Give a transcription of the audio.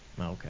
Okay